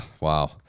wow